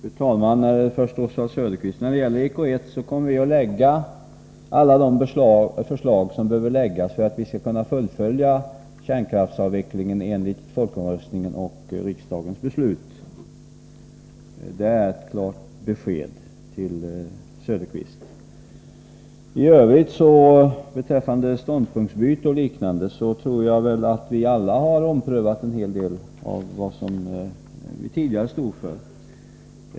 Fru talman! Först till Oswald Söderqvist: När det gäller EK 81 kommer vi att lägga fram alla de förslag som behöver läggas fram för att vi skall fullfölja kärnkraftsavvecklingen enligt folkomröstningen och riksdagens beslut. Det är ett klart besked till Oswald Söderqvist. Beträffande ståndpunktsbyte och liknande tror jag att vi alla har omprövat en hel del av det vi tidigare stod för.